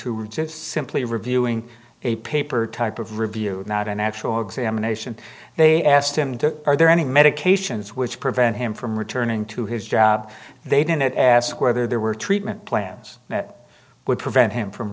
were just simply reviewing a paper type of review not an actual examination they asked him to are there any medications which prevent him from returning to his job they didn't ask whether there were treatment plans that would prevent him from